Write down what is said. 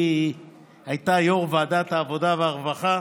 היא הייתה יו"ר ועדת העבודה והרווחה,